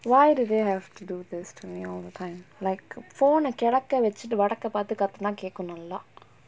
why do they have to do this to me all the time like phone ah கெழக்க வெச்சுட்டு வடக்க பாத்து கத்துனா கேக்கும் நல்லா:kelakka vechuttu vadakka paathu kathunaa kaekkum nallaa